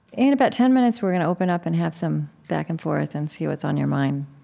in about ten minutes we're going to open up and have some back-and-forth and see what's on your mind.